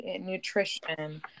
nutrition